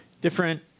different